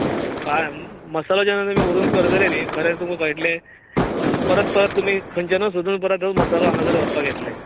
मसाला जेन्ना तुमी व्हरून करतले न्हय खरेंच तुमकां कळटलें परत परत तुमी खंयच्यानूच सोदून परत मसालो हांगासर व्हरपाक येतले